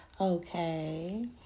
okay